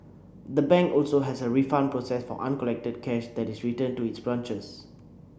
the bank also has a refund process for uncollected cash that is returned to its branches